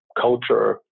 culture